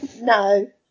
no